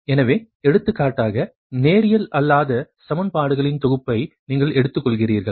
எனவே எடுத்துக்காட்டாக நேரியல் அல்லாத சமன்பாடுகளின் தொகுப்பை நீங்கள் எடுத்துக்கொள்கிறீர்கள்